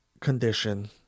condition